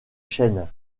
chênes